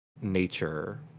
nature